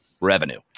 revenue